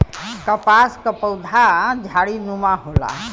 कपास क पउधा झाड़ीनुमा होला